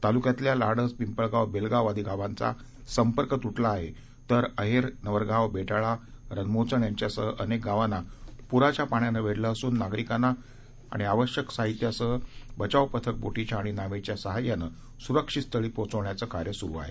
तालुक्यातल्या लाडज पिंपळगाव बेलगाव आदी गावांचा संपर्क तुटला आहे तर अहेर नवरगाव बेटाळा रनमोचण यांच्यासह अनेक गावांना पुराच्या पाण्यानं वेढलं असून नागरिकांना आणि आवश्यक साहित्यासह बचाव पथक बोटीच्या आणि नावेच्या साह्याने सुरक्षित स्थळी पोहचवण्याचे कार्य सुरू आहे